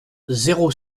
zéro